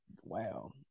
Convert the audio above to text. Wow